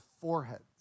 foreheads